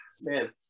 man